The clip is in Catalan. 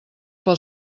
pel